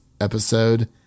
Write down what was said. episode